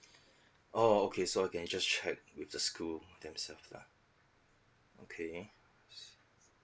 oh okay so I can just check with the school themselves lah okay